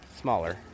smaller